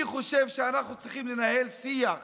אני חושב שאנחנו צריכים לנהל שיח